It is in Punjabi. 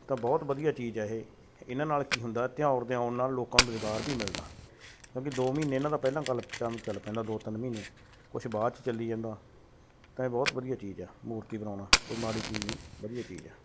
ਤਾਂ ਬਹੁਤ ਵਧੀਆ ਚੀਜ਼ ਹੈ ਇਹ ਇਹਨਾਂ ਨਾਲ ਕੀ ਹੁੰਦਾ ਤਿਉਹਾਰ ਦੇ ਆਉਣ ਨਾਲ ਲੋਕਾਂ ਨੂੰ ਰੁਜ਼ਗਾਰ ਵੀ ਮਿਲਦਾ ਕਿਉਂਕਿ ਦੋ ਮਹੀਨੇ ਇਹਨਾਂ ਦਾ ਪਹਿਲਾਂ ਗੱਲ ਕੰਮ ਚੱਲ ਪੈਂਦਾ ਦੋ ਤਿੰਨ ਮਹੀਨੇ ਕੁਛ ਬਾਅਦ 'ਚ ਚੱਲੀ ਜਾਂਦਾ ਤਾਂ ਇਹ ਬਹੁਤ ਵਧੀਆ ਚੀਜ਼ ਆ ਮੂਰਤੀ ਬਣਾਉਣਾ ਮਾੜੀ ਚੀਜ਼ ਨਹੀਂ ਵਧੀਆ ਚੀਜ਼ ਆ